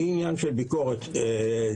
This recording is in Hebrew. היא עניין של ביקורת ציבורית.